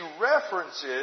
references